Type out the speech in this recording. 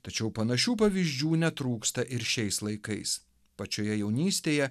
tačiau panašių pavyzdžių netrūksta ir šiais laikais pačioje jaunystėje